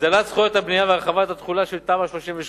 הגדלת זכויות הבנייה והרחבת התחולה של תמ"א 38,